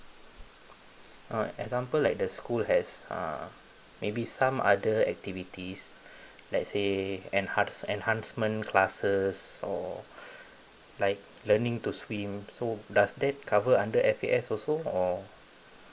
uh example like the school has uh maybe some other activities let's say enhance enhancement classes or like learning to swim so does that cover under F_A_S also or